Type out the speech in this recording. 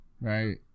right